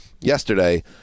yesterday